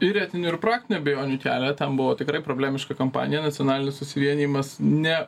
ir etinių ir praktinių abejonių kelia ten buvo tikrai problemiška kampanija nacionalinis susivienijimas ne